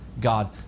God